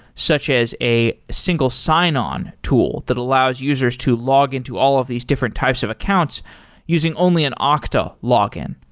such as a single sign on tool that allows users to log in to all of these different types of accounts using only an ah okta login.